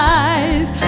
eyes